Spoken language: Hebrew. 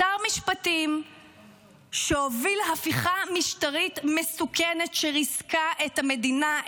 שר המשפטים הוביל הפיכה משטרתית מסוכנת שריסקה את המדינה,